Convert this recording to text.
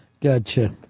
Gotcha